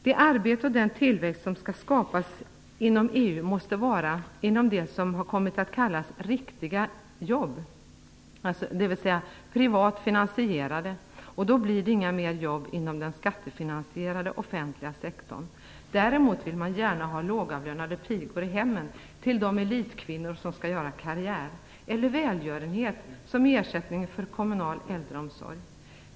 Det arbete och den tillväxt som skall skapas inom EU måste vara inom vad som har kommit att kallas riktiga jobb, dvs. privat finansierade. Då blir det inga mer jobb inom den skattefinansierade offentliga sektorn. Däremot vill man gärna ha lågavlönade pigor i hemmen till de elitkvinnor som skall göra karriär, eller välgörenhet som ersättning för kommunal äldreomsorg.